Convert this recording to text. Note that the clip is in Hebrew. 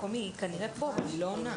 והשלטון המקומי היא כנראה פה, אבל היא לא עונה.